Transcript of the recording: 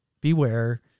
Beware